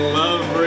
love